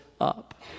up